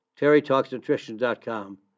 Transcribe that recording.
TerryTalksNutrition.com